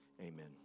amen